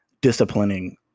disciplining